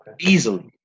Easily